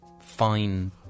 fine